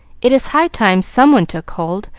it is high time someone took hold,